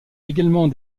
également